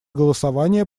голосование